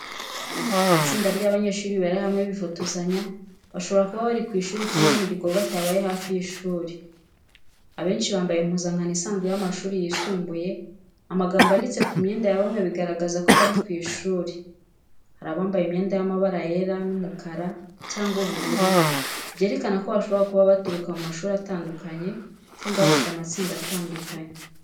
Itsinda ry’abanyeshuri bari hamwe bifotozanya bashobora kuba bari ku ishuri cyangwa mu gikorwa cyabaye hafi y’ishuri. Abenshi bambaye impuzankano isanzwe y’amashuri yisumbuye amagambo yanditse ku myenda ya bamwe bigaragaza ko bari ku ishuri. Hari abambaye imyenda y’amabara yera n’umukara cyangwa ubururu byerekana ko bashobora kuba baturuka mu mashuri atandukanye cyangwa bafite amatsinda atandukanye.